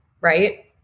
right